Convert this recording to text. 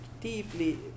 deeply